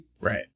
Right